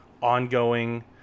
ongoing